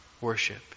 worship